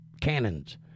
cannons